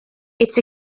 its